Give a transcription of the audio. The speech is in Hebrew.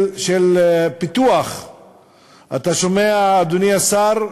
של פיתוח, אתה שומע, אדוני השר?